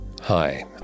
hi